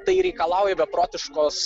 tai reikalauja beprotiškos